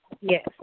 Yes